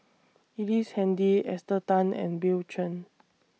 Ellice Handy Esther Tan and Bill Chen